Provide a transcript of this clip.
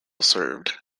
served